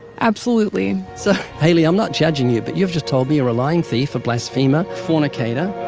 absolutely. so, hayley, i'm not judging you, but you've just told me you're a lying thief, a blasphemer. fornicator,